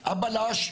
הבלש,